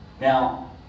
Now